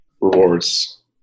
rewards